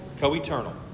co-eternal